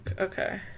Okay